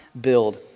build